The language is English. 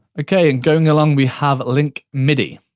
okay, and going along, we have link midi.